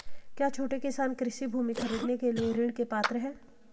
क्या छोटे किसान कृषि भूमि खरीदने के लिए ऋण के पात्र हैं?